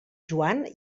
joan